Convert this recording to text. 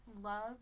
love